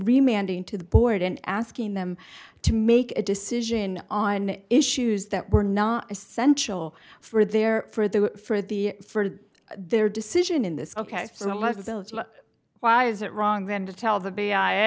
reminding to the board and asking them to make a decision on issues that were not essential for their for the for the for their decision in this ok so listen why is it wrong then to tell the b